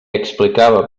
explicava